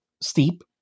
steep